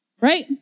right